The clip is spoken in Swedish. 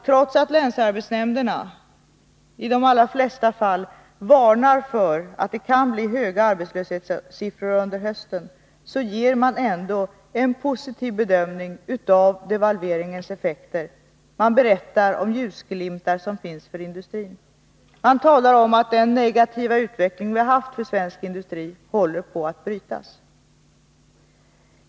Trots att länsarbetsnämnderna i de allra flesta fall varnar för att det kan bli höga arbetslöshetssiffror under hösten, kan man säga att det görs en positiv bedömning av devalveringens effekter. Man talar om ljusglimtar för industrin. Man talar om att den negativa utveckling vi haft för svensk industri håller på att brytas.